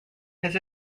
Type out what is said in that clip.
his